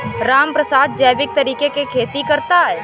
रामप्रसाद जैविक तरीके से खेती करता है